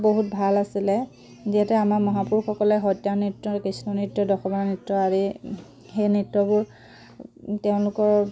বহুত ভাল আছিলে যিহেতু আমাৰ মহাপুৰুষসকলে সত্ৰীয়া নৃত্য কৃষ্ণ নৃত্য দশৱতাৰ নৃত্য আদি সেই নৃত্যবোৰ তেওঁলোকৰ